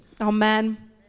Amen